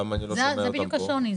זה בדיוק השוני.